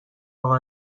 اقا